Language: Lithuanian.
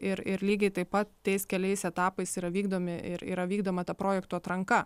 ir ir lygiai taip pat tais keliais etapais yra vykdomi ir yra vykdoma ta projektų atranka